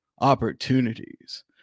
opportunities